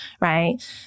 right